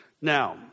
Now